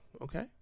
Okay